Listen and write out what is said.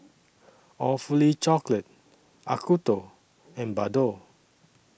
Awfully Chocolate Acuto and Bardot